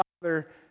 Father